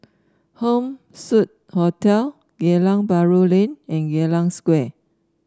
Home Suite Hotel Geylang Bahru Lane and Geylang Square